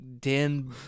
Dan